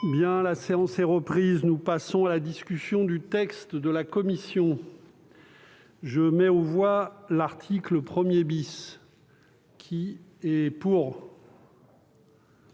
dix. La séance est reprise. Nous passons à la discussion du texte de la commission. Je mets aux voix l'article 1. bis L'amendement